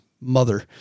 mother